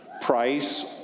Price